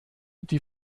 die